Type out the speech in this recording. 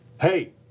Hey